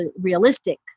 realistic